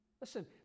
Listen